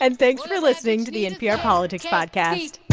and thanks for listening to the npr politics podcast